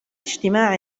اجتماع